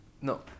No